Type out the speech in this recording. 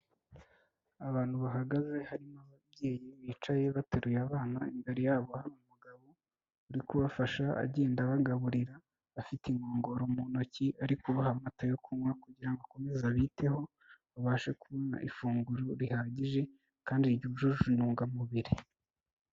Abantu bahagaze harimo ababyeyi bicaye bateruye abana imbere yabo hari umugabo uri kubafasha agenda abagaburira bafite inkongoro mu ntoki arikubaha amata yo kunywa kugira ngo akomeze abiteho babashe kubona ifunguro rihagije kandi ryujuje intungamubiri.